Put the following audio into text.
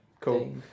cool